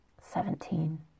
Seventeen